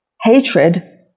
hatred